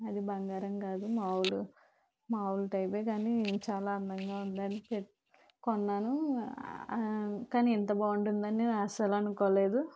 అది బంగారం కాదు మావులు మావుల్ టైపే గాని చాలా అందంగా ఉందని కొన్నాను కానీ ఇంత బాగుంటాదని నేను అస్సలు అనుకోలేదు